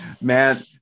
man